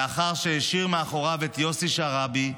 לאחר שהשאיר מאחוריו את יוסי שרעבי,